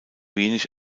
wenig